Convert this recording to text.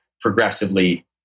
progressively